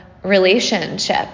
relationship